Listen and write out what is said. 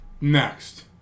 Next